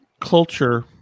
culture